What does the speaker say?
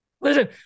listen